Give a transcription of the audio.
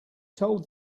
told